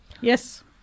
Yes